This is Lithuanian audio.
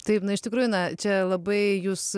taip na iš tikrųjų na čia labai jūs